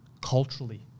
culturally